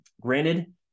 Granted